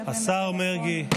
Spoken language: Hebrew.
השר מרגי,